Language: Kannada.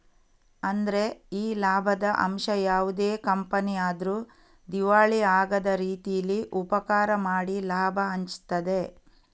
ಅಂದ್ರೆ ಈ ಲಾಭದ ಅಂಶ ಯಾವುದೇ ಕಂಪನಿ ಆದ್ರೂ ದಿವಾಳಿ ಆಗದ ರೀತೀಲಿ ಉಪಕಾರ ಮಾಡಿ ಲಾಭ ಹಂಚ್ತದೆ